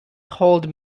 hold